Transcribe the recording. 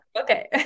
okay